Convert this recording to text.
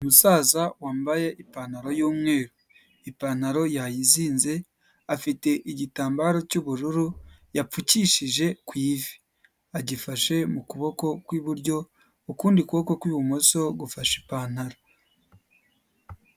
Umusaza wambaye ipantaro y'umweru. Ipantaro yayizinze, afite igitambaro cy'ubururu yapfukishije ku ivi. Agifashe mu kuboko kw'iburyo, ukundi kuboko kw'ibumoso gufashe ipantaro.